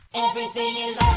everything is